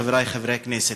חברי חברי הכנסת,